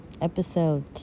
episode